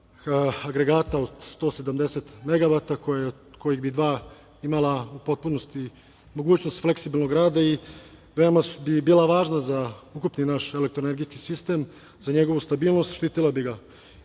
agregata od 180 megavata, od kojih bi dva imala u potpunosti mogućnost fleksibilnog rada i veoma bi bila važna za ukupni naš elektroenergetski sistem, za njegovu stabilnost. Štitila bi ga